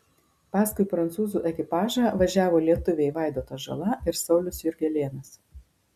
paskui prancūzų ekipažą važiavo lietuviai vaidotas žala ir saulius jurgelėnas